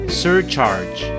surcharge